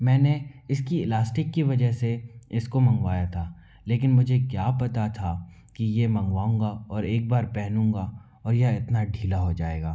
मैंने इसकी इलास्टिक की वजह से इसको मंगवाया था लेकिन मुझे क्या पता था कि ये मंगवाउँगा और एक बार पहनूँगा और यह इतना ढीला हो जाएगा